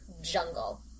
jungle